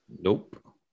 Nope